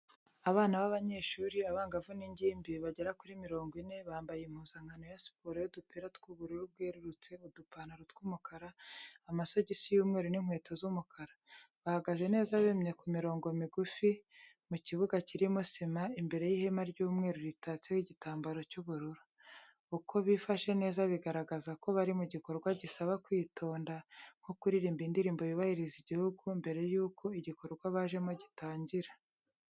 Abana b'abanyeshuri, abangavu n'ingimbi, bagera kuri mirongo ine, bambaye impuzankano ya siporo y'udupira tw'ubururu bwerurutse, udupantaro tw'umukara, amasogisi y'umweru n'inkweto z'umukara. Bahagaze neza bemye ku mirongo migufi, mu kibuga kirimo sima, imbere y'ihema ry'umweru ritatseho igitambaro cy'ubururu. Uko bifashe neza biragaragaza ko bari mu gikorwa gisaba kwitonda nko kuririmba indirimbo yubahiriza igihugu mbere y'uko igikorwa bajemo gitangira.